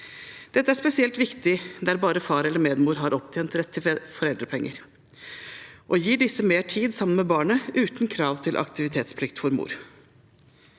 Dette er spesielt viktig der bare far eller medmor har opptjent rett til foreldrepenger, og det gir disse mer tid sammen med barnet, uten krav til aktivitetsplikt for mor.